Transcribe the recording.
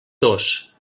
dos